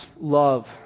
love